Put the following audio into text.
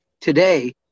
today